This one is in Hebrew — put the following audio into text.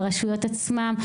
ברשויות עצמן,